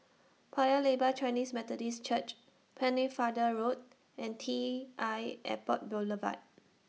Paya Lebar Chinese Methodist Church Pennefather Road and T I Airport Boulevard